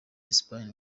espagne